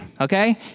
okay